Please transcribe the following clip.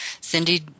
Cindy